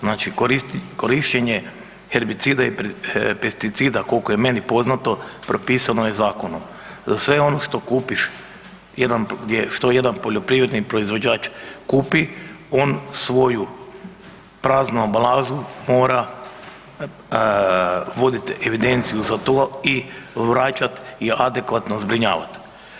Znači, korištenje herbicida i pesticida koliko je meni poznato, propisano je zakonom da sve ono što kupiš, što jedna poljoprivredni proizvođač kupi, on svoju praznu ambalažu mora vodit evidenciju za to i vraćat i adekvatno zbrinjavat.